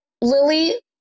Lily